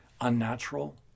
unnatural